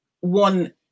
one